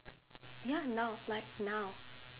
ya now like now